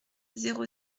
zéro